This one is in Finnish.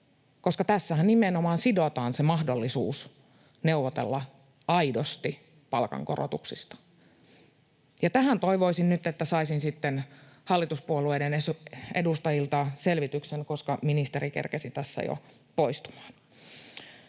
koska tässähän nimenomaan sidotaan se mahdollisuus neuvotella aidosti palkankorotuksista? Tähän toivoisin nyt, että saisin sitten hallituspuolueiden edustajilta selvityksen, koska ministeri kerkesi tässä jo poistumaan.